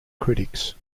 critics